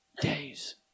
days